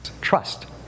trust